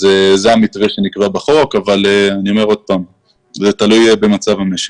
זה המתווה שנקבע בחוק אבל אני אומר שוב שזה תלוי במצב המשק.